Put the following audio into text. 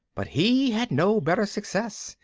but he had no better success,